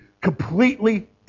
completely